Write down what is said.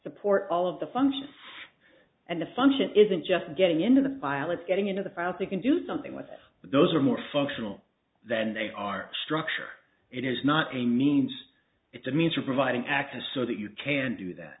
support all of the functions and the function isn't just getting into the pilot getting into the files they can do something with those or more functional than they are structured it is not a means it's a means of providing access so that you can do that